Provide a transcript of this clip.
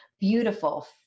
beautiful